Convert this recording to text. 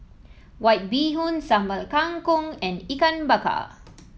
White Bee Hoon Sambal Kangkong and Ikan Bakar